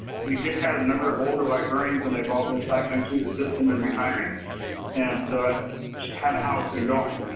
we just had a number of older librarians and they've all been cycling through the system and retiring and so that's but just kind of how it's been going.